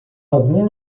algum